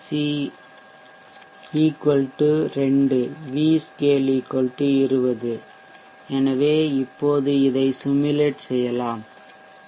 C 2 V scale எனவே இப்போது இதை சிமுலேட் செய்யலாம் உருவகப்படுத்துவோம்